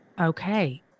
Okay